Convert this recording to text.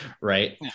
right